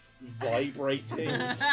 vibrating